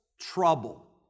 trouble